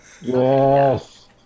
Yes